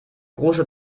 große